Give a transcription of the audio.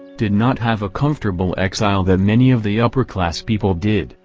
did not have a comfortable exile that many of the upper class people did,